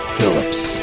Phillips